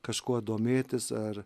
kažkuo domėtis ar